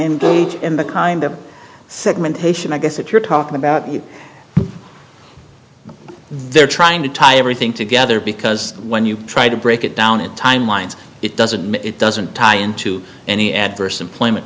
and in the kind of segmentation i guess that you're talking about it they're trying to tie everything together because when you try to break it down it timelines it doesn't it doesn't tie into any adverse employment